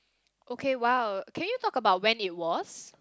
okay !wow! can you talk about when it was